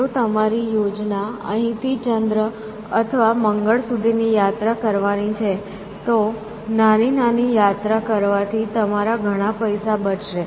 જો તમારી યોજના અહીંથી ચંદ્ર અથવા મંગળ સુધીની યાત્રા કરવાની છે તો નાની નાની યાત્રા કરવાથી તમારા ઘણા પૈસા બચશે